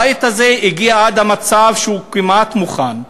הבית הזה הגיע עד מצב שהוא כמעט מוכן,